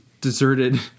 deserted